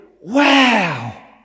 wow